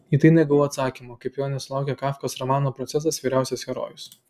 į tai negavau atsakymo kaip jo nesulaukė kafkos romano procesas vyriausias herojus